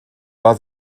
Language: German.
war